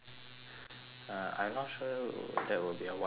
uh I'm not sure w~ that would be a wise decision